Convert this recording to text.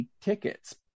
tickets